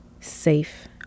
safe